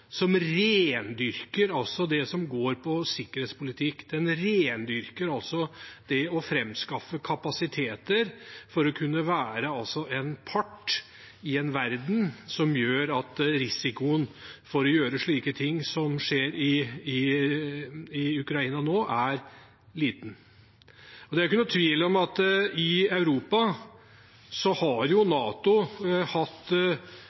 å framskaffe kapasiteter for å kunne være en part i en verden som gjør at risikoen for å gjøre slike ting som skjer i Ukraina nå, er liten. Det er ikke noen tvil om at NATO har hatt litt forskjellige roller i Europa,